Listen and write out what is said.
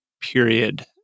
period